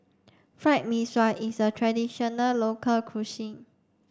Fried Mee Sua is a traditional local cuisine